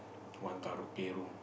one karaoke room